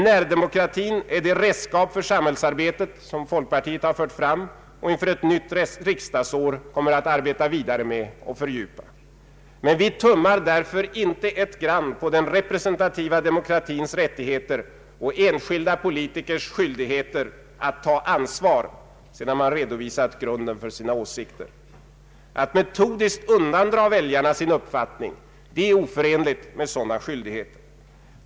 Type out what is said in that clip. Närdemokratin är det redskap för samhällsarbetet som folkpartiet fört fram och inför ett nytt riksdagsår kommer att arbeta vidare med och fördjupa. Vi tummar därför inte ett grand på den representativa demokratins rättigheter och enskilda politikers skyldigheter att ta ansvar sedan man redovisat grunden för sina åsikter. Att metodiskt undandra väljarna sin uppfattning är oförenligt med sådana skyldigheter.